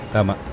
Tama